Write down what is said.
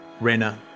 Rena